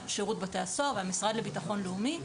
שירות בתי הסוהר והמשרד לבטחון לאומי,